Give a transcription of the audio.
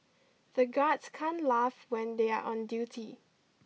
the guard can't laugh when they are on duty